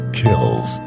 kills